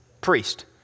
priest